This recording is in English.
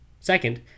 Second